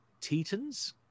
Tetons